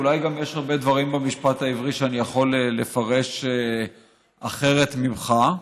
אולי גם יש הרבה דברים במשפט העברי שאני יכול לפרש אחרת ממך.